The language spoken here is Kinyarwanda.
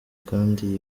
kandi